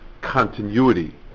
continuity